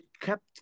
kept